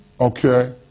Okay